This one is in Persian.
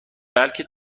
بلکه